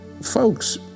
folks